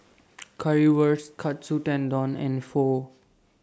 Currywurst Katsu Tendon and Pho